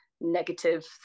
negative